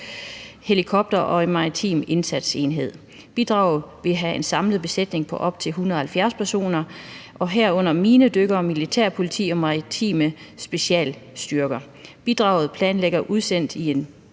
Seahawkhelikoptere og en maritim indsatsenhed. Bidraget vil have en samlet besætning på op til 170 personer, herunder minedykkere, militærpoliti og maritime specialstyrker. Bidraget planlægges udsendt i en